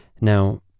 Now